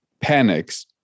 panics